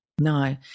no